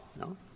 No